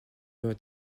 votre